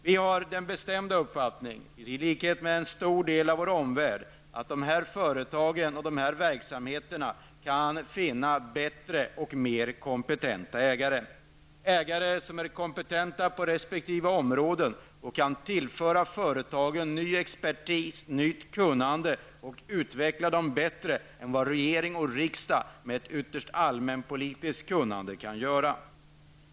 Vi har den bestämda uppfattningen, i likhet med en stor del av vår omvärld, att de här företagen och verksamheterna kan finna bättre och mer kompetenta ägare, ägare som är kompetenta på resp. område och kan tillföra företagen ny expertis, nytt kunnande och utveckla dem bättre än vad regering och riksdag, med ett ytterst allmänpolitiskt kunnande, kan göra.